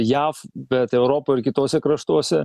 jav bet europoj ir kituose kraštuose